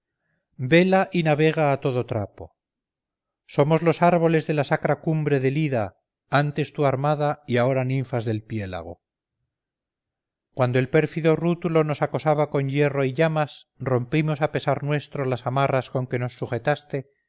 vela y navega a todo trapo somos los árboles de la sacra cumbre del ida antes tu armada y ahora ninfas del piélago cuando el pérfido rútulo nos acosaba con hierro y llamas rompimos a pesar nuestro las amarras con que nos sujetaste